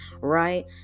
right